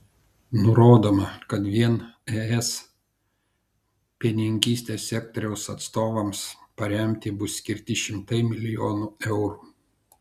nurodoma kad vien es pienininkystės sektoriaus atstovams paremti bus skirti šimtai milijonų eurų